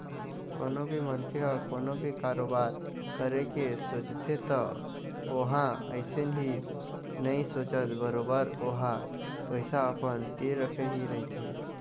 कोनो भी मनखे ह कोनो भी कारोबार करे के सोचथे त ओहा अइसने ही नइ सोचय बरोबर ओहा पइसा अपन तीर रखे ही रहिथे